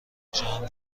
جمع